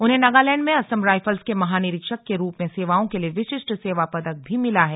उन्हें नगालैंड में असम राइफल्स के महानिरीक्षक के रूप में सेवाओं के लिए विशिष्ट सेवा पदक भी मिला है